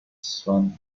swan